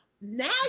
now